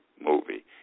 movie